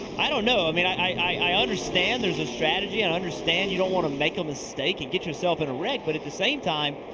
i don't know. i mean i i understand there's a strategy. i and understand you don't want to make a mistake and get yourself in a wreck, but at the same time,